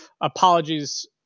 apologies